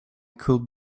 could